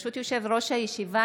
ברשות יושב-ראש הישיבה,